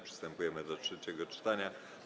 Przystępujemy do trzeciego czytania.